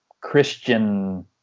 Christian